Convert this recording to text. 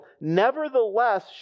Nevertheless